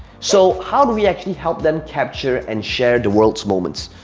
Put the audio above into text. so, how do we actually help them capture and share the world's moments?